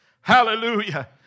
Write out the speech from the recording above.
Hallelujah